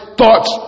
thoughts